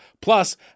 Plus